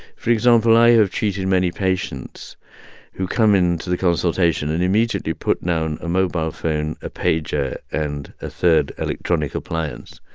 for example, i have treated many patients who come into the consultation and immediately put down a mobile phone, a pager and a third electronic appliance.